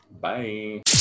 Bye